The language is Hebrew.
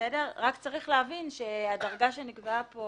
צריך להבין שהדרגה שנקבעה כאן